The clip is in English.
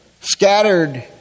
Scattered